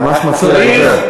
זה ממש מפריע לדובר.